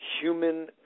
human